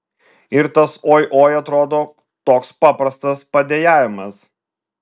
ir tas oi oi atrodo toks paprastas padejavimas